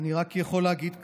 אני רק יכול להגיד כך: